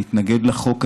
נתנגד לחוק הזה,